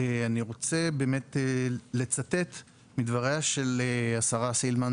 אני רוצה לצטט מדבריה של השרה סילמן,